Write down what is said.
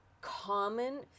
common